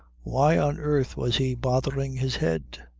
why on earth was he bothering his head?